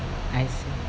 I see